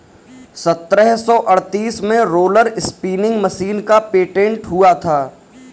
सत्रह सौ अड़तीस में रोलर स्पीनिंग मशीन का पेटेंट हुआ था